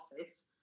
office